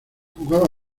jugaba